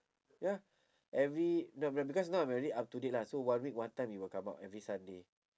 ya every no man because now I'm already up to date lah so one week one time it will come out every sunday